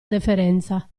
deferenza